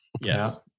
Yes